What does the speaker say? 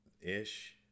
ish